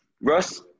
Russ